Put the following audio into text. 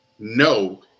no